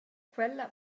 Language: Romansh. quella